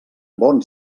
bon